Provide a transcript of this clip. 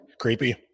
Creepy